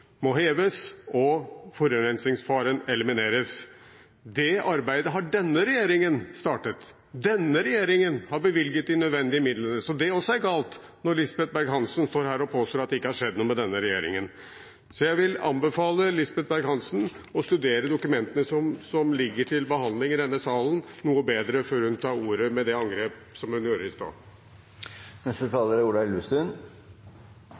må heves og forurensningsfaren elimineres. Det arbeidet har denne regjeringen startet. Denne regjeringen har bevilget de nødvendige midlene. Så det er også galt når Lisbeth Berg-Hansen står her og påstår at det ikke har skjedd noe under denne regjeringen. Jeg vil anbefale Lisbeth Berg-Hansen å studere saksdokumentene som ligger til behandling i denne salen, noe bedre før hun tar ordet med angrep, som hun gjorde i